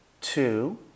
Two